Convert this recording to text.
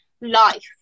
life